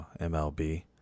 MLB